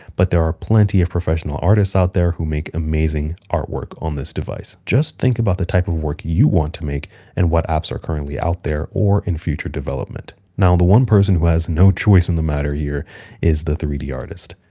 but there are plenty of professional artists out there who make amazing artwork on this device. just think about the type of work you want to make and what apps are currently out there, or in future development. now, the one person who has no choice in the matter here is the three d artist.